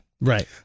right